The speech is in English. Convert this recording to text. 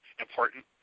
important